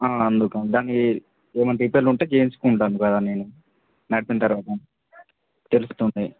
అందుకని దాని ఏమైనా రిపేర్లు ఉంటే చేయించుకుంటాను కదా నేనే నడిపిన తర్వాత తెలుస్తుంది